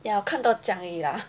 ya 我看到这样而已